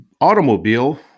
automobile